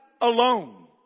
alone